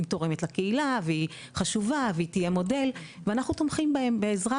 היא תורמת לקהילה והיא חשובה והיא תהיה מודל ואנחנו תומכים בהם בעזרה